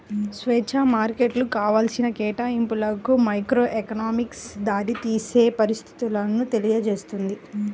స్వేచ్ఛా మార్కెట్లు కావాల్సిన కేటాయింపులకు మైక్రోఎకనామిక్స్ దారితీసే పరిస్థితులను తెలియజేస్తుంది